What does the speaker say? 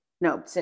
no